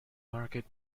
market